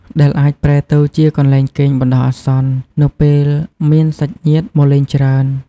ដែលអាចប្រែទៅជាកន្លែងគេងបណ្តោះអាសន្ននៅពេលមានសាច់ញាតិមកលេងច្រើន។